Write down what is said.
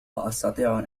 أستطيع